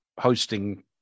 hosting